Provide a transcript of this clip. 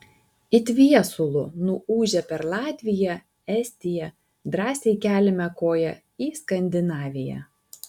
it viesulu nuūžę per latviją estiją drąsiai keliame koją į skandinaviją